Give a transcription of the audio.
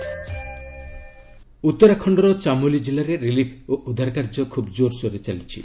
Uttarakhand flood ଉତ୍ତରାଖଣ୍ଡର ଚାମୋଲି ଜିଲ୍ଲାରେ relief ଓ ଉଦ୍ଧାର କାର୍ଯ୍ୟ ଖୁବ୍ ଜୋରସୋର୍ରେ ଚାଲିଛି